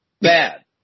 bad